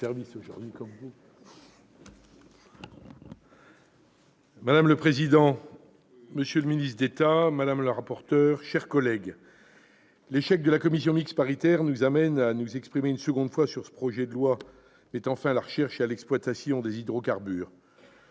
Madame la présidente, monsieur le ministre d'État, madame la rapporteur, mes chers collègues, l'échec de la commission mixte paritaire nous conduit à nous exprimer une seconde fois sur ce projet de loi mettant fin à la recherche et à l'exploitation des hydrocarbures.